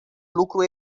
lucru